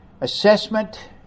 assessment